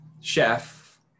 chef